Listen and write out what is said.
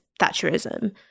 Thatcherism